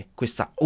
questa